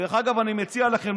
דרך אגב, אני מציע לכם